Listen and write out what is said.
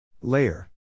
Layer